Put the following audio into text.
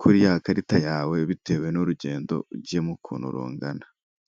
kuri ya karita yawe, bitewe n'urugendo ugiyemo ukuntu rungana.